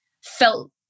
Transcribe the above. felt